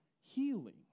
healing